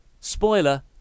Spoiler